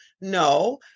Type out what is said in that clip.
no